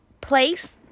place